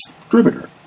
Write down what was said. distributor